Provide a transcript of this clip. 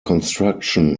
construction